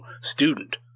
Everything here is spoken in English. student